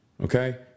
Okay